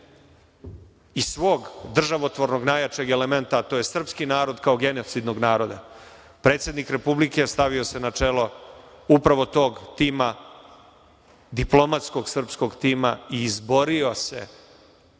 i svog državotvornog najjačeg elementa, a to je srpski narod, kao genocidnog naroda. Predsednik Republike stavio se na čelo upravo tog tima, diplomatskog srpskog tima i izborio se